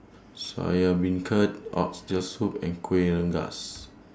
Soya Beancurd Oxtail Soup and Kueh Rengas